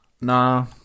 Nah